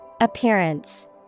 Appearance